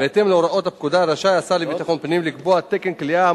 בהתאם להוראות הפקודה רשאי השר לביטחון הפנים לקבוע תקן כליאה,